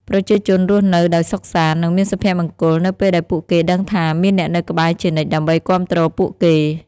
ប្រជាជនរស់នៅដោយសុខសាន្ត និងមានសុភមង្គលនៅពេលដែលពួកគេដឹងថាមានអ្នកនៅក្បែរជានិច្ចដើម្បីគាំទ្រពួកគេ។